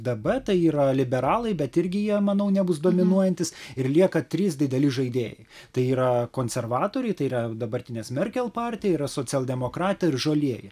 db tai yra liberalai bet irgi jie manau nebus dominuojantys ir lieka trys dideli žaidėjai tai yra konservatoriai tai yra dabartinės merkel partija yra socialdemokratai ir žalieji